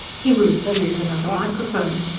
he moved to use another microphone.